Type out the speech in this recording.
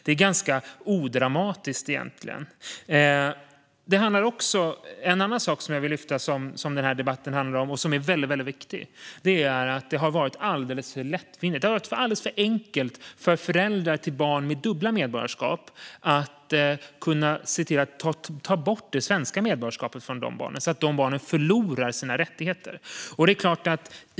Det är egentligen ganska odramatiskt. En annan sak som den här debatten handlar om och som är väldigt viktig är att det har varit alldeles för enkelt för föräldrar till barn med dubbla medborgarskap att ta ifrån barnen deras svenska medborgarskap så att de förlorar sina rättigheter.